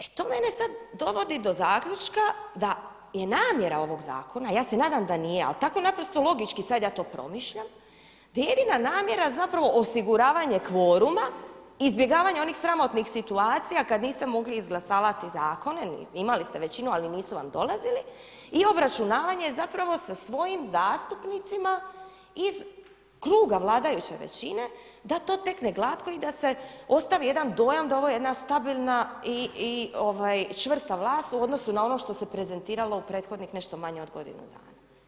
E to mene sada dovodi do zaključka da je namjera ovog zakona, ja se nadam da nije ali tako naprosto logički sada ja to promišljam, da je jedina namjera zapravo osiguravanje kvoruma i izbjegavanje onih sramotnih situacija kad niste mogli izglasavati zakone, imali ste većinu ali nisu vam dolazili i obračunavanje zapravo sa svojim zastupnicima iz kruga vladajuće većine da to tekne glatko i da se ostavi jedan dojam da je ovo jedna stabilna i čvrsta vlast u odnosu na ono što se prezentiralo u prethodnih nešto manje od godinu dana.